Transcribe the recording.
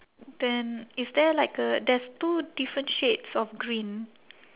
then is there like a there's two different shades of green